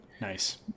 nice